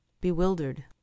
bewildered